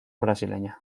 brasileña